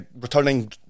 returning